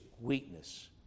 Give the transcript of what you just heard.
weakness